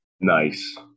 Nice